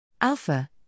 Alpha